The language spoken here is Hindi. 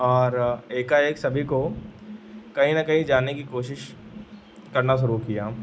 और एकाएक सभी को कहीं न कहीं जाने की कोशिश करना शुरू किया